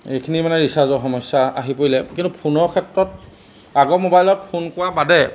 এইখিনি মানে ৰিচাৰ্জৰ সমস্যা আহি পৰিলে কিন্তু ফোনৰ ক্ষেত্ৰত আগৰ মোবাইলত ফোন কৰাৰ বাদে